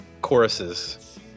choruses